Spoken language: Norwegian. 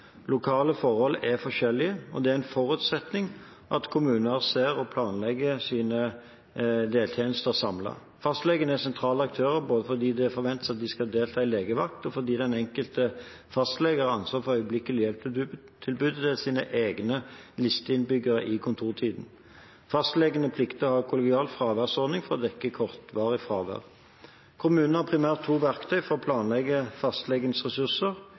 Lokale forhold er forskjellige, og det er en forutsetning at kommunen ser og planlegger sine deltjenester samlet. Fastlegene er sentrale aktører både fordi det forventes at de skal delta i legevakt, og fordi den enkelte fastlege har ansvar for øyeblikkelig hjelp-tilbud til sine egne listeinnbyggere i kontortiden. Fastlegene plikter å ha kollegiale fraværsordninger for å dekke kortvarig fravær. Kommunen har primært to verktøy for å planlegge fastlegenes ressurser: